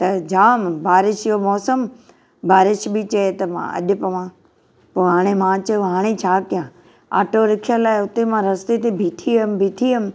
त जाम बारिश जो मौसमु बारिश बि चए त मां अॼु पवां पोइ हाणे मां चयो हाणे छा कयां ऑटो रिक्शा लाइ हुते मां रस्ते ते ॿिठी हुयमि ॿिठी हुयमि